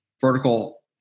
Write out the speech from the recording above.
vertical